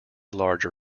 larger